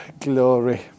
glory